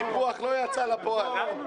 הסיפוח לא יצא לפועל.